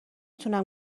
تونم